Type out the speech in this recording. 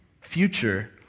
future